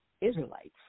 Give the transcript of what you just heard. Israelites